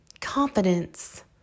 confidence